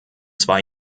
zwar